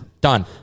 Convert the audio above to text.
done